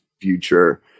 future